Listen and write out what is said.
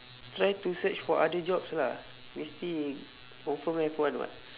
try to search for other jobs lah mesti confirm have one [what]